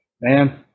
man